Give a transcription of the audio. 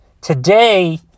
Today